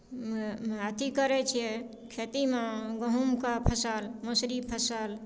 अथी करैत छियै खेतीमे गहुमके फसल मसुरी फसल